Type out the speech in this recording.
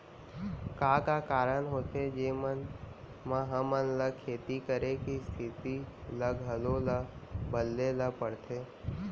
का का कारण होथे जेमन मा हमन ला खेती करे के स्तिथि ला घलो ला बदले ला पड़थे?